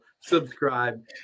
Subscribe